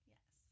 Yes